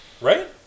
right